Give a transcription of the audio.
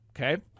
Okay